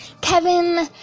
Kevin